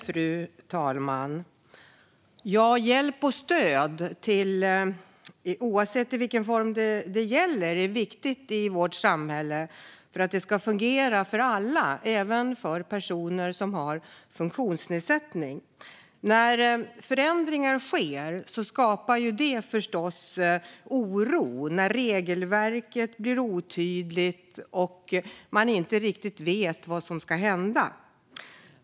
Fru talman! Hjälp och stöd, oavsett vilken form det gäller, är viktigt i vårt samhälle för att det ska fungera för alla - även för personer som har funktionsnedsättning. När förändringar sker skapar det förstås oro. Regelverket blir otydligt, och man vet inte riktigt vad som ska hända.